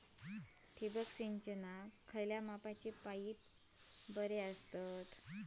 ठिबक सिंचनाक खयल्या मापाचे पाईप बरे असतत?